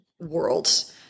worlds